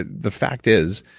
the fact is,